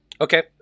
okay